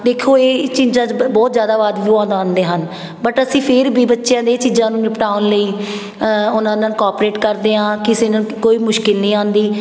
ਦੇਖੋ ਇਹ ਚੀਜ਼ਾਂ 'ਚ ਬ ਬਹੁਤ ਜ਼ਿਆਦਾ ਵਾਦ ਵਿਵਾਦ ਆਉਂਦੇ ਹਨ ਬਟ ਅਸੀਂ ਫੇਰ ਵੀ ਬੱਚਿਆਂ ਦੇ ਇਹ ਚੀਜ਼ਾਂ ਨੂੰ ਨਿਪਟਾਉਣ ਲਈ ਉਹਨਾਂ ਨਾਲ ਕੋਪਰੇਟ ਕਰਦੇ ਹਾਂ ਕਿਸੇ ਨੂੰ ਕ ਕੋਈ ਮੁਸ਼ਕਲ ਨਹੀਂ ਆਉਂਦੀ